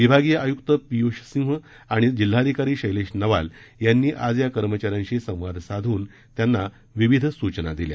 विभागीय आयुक्त पीयुष सिंह आणि जिल्हाधिकारी शैलेश नवाल यांनी आज या कर्मचाऱ्यांशी संवाद साधून त्यांनाविविध सूचना दिल्या